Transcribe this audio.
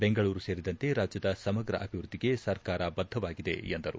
ಬೆಂಗಳೂರು ಸೇರಿದಂತೆ ರಾಜ್ಯದ ಸಮಗ್ರ ಅಭಿವೃದ್ದಿಗೆ ಸರ್ಕಾರ ಬದ್ದವಾಗಿದೆ ಎಂದರು